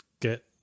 get